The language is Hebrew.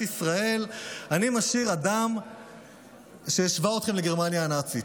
ישראל אני משאיר אדם שהשווה אתכם לגרמניה הנאצית,